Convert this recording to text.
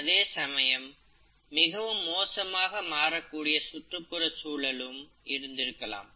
அதே சமயம் மிகவும் மோசமாக மாறக்கூடிய சுற்றுப்புற சூழலும் இருந்திருக்கலாம்